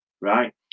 Right